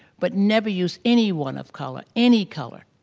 but never used any one of color any color.